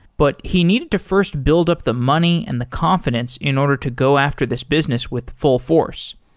but he needed to first build up the money and the confidence in order to go after this business with full force.